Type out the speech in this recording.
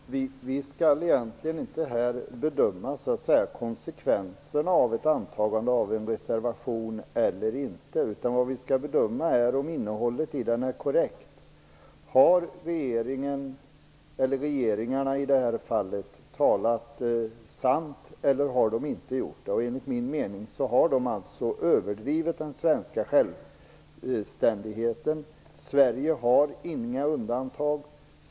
Fru talman! Vi skall egentligen inte här bedöma konsekvenserna av huruvida en reservation blir antagen eller inte. Däremot skall vi bedöma om innehållet i den är korrekt. Har regeringen, eller regeringarna i detta fall, talat sanning eller inte? Enligt min mening har de överdrivit den svenska självständigheten. Sverige har inga undantag.